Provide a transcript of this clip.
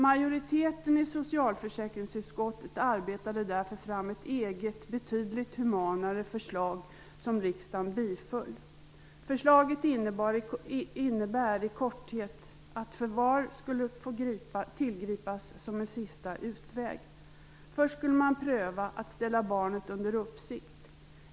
Majoriteten i Socialförsäkringsutskottet arbetade därför fram ett eget betydligt humanare förslag som riksdagen biföll. Förslaget innebär i korthet att förvar skulle få tillgripas som en sista utväg. Först skulle man pröva att ställa barnet under uppsikt.